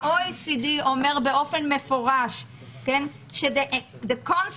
ה-OECD אומר באופן מפורש: "The concept